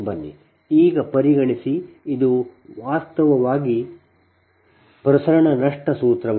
ಆದ್ದರಿಂದ ಈಗ ಪರಿಗಣಿಸಿ ಇದು ವಾಸ್ತವವಾಗಿ ಪ್ರಸರಣ ನಷ್ಟ ಸೂತ್ರವಾಗಿದೆ